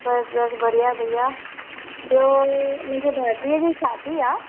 बस बस बढ़िया बढ़िया ॿियो मुंहिंजे भाइटे जी शादी आहे